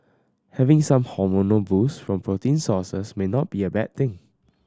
having some hormonal boost from protein sources may not be a bad thing